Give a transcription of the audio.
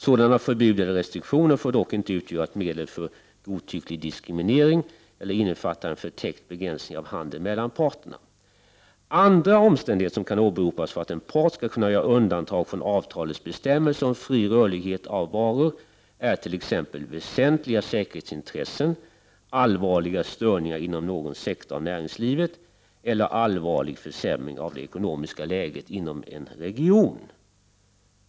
Sådana förbud eller restriktioner får dock inte utgöra ett medel för godtycklig diskriminering eller innefatta en förtäckt begränsning av handeln mellan parterna. Andra omständigheter som kan åberopas för att en part skall kunna göra undantag från avtalets bestämmelser om fri rörlighet för varor är t.ex. väsentliga säkerhetsintressen, allvarliga störningar inom någon sektor av näringslivet eller allvarliga försämringar av det ekonomiska läget inom en region.